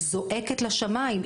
היא זועקת לשמיים.